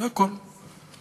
זה הכול.